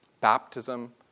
Baptism